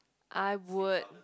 I would